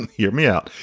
hear me out.